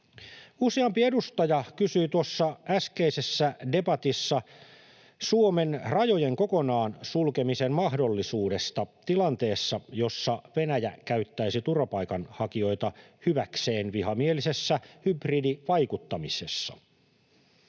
Useampi edustaja kysyi tuossa äskeisessä debatissa Suomen rajojen kokonaan sulkemisen mahdollisuudesta tilanteessa, jossa Venäjä käyttäisi turvapaikanhakijoita hyväkseen vihamielisessä hybridivaikuttamisessa.